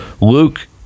luke